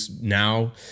now